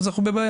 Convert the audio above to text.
אז אנחנו בבעיה,